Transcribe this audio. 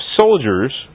soldiers